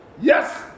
Yes